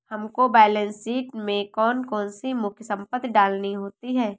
हमको balance sheet में कौन कौन सी मुख्य संपत्ति डालनी होती है?